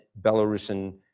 Belarusian